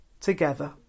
together